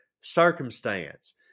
circumstance